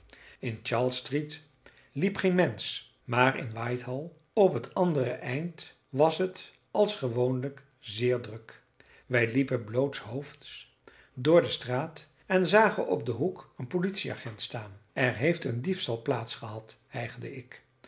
in charles street liep geen mensch maar in whitehall op het andere eind was het als gewoonlijk zeer druk wij liepen blootshoofds door de straat en zagen op den hoek een politieagent staan er heeft een diefstal plaats gehad hijgde ik